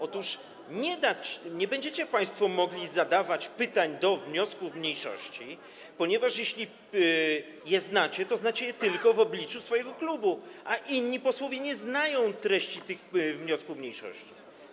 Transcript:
Otóż nie będziecie państwo mogli zadawać pytań dotyczących wniosków mniejszości, ponieważ jeśli je znacie, to znacie je tylko w obliczu swojego klubu, a inni posłowie nie znają treści tych wniosków mniejszości.